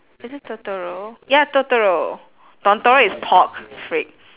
is it totoro ya totoro is pork freak